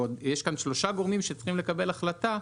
ועוד יש כאן שלושה גורמים שצריכים לקבל החלטה,